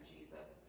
Jesus